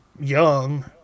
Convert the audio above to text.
young